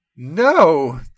No